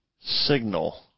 signal